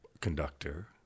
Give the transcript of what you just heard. conductor